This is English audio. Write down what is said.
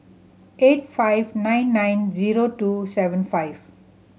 eight five nine nine zero two seven five